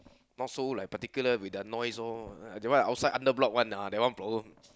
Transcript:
not so like particular with the noise loh that one outside under block one ah that one problem